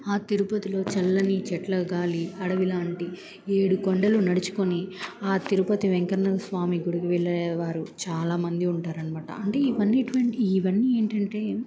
ఆ తిరుపతిలో చల్లని చెట్లు గాలి అడవి లాంటి ఏడు కొండలు నడుచుకొని ఆ తిరుపతి వెంకరనగర స్వామి గుడికి వెళ్ళేవారు చాలామంది ఉంటారనమాట అంటే ఇవన్నీటువంటి ఇవన్నీ ఏంటంటే